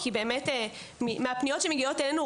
כי באמת מהפניות שמגיעות אלינו,